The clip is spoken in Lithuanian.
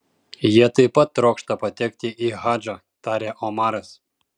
jie taip pat trokšta patekti į hadžą tarė omaras